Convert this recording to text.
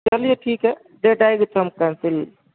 چلیے ٹھیک ہے ڈیٹ آئے گی تو ہم کینسل